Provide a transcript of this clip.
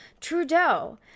Trudeau